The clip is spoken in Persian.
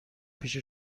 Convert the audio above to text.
پیش